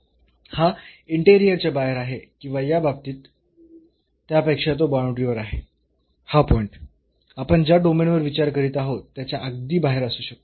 हा इंटेरिअरच्या बाहेर आहे किंवा या बाबतीत त्यापेक्षा तो बाऊंडरीवर आहे हा पॉईंट आपण ज्या डोमेनवर विचार करीत आहोत त्याच्या अगदी बाहेर असू शकतो